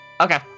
Okay